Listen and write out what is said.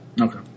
Okay